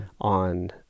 on